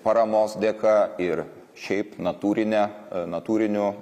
paramos dėka ir šiaip natūrine natūriniu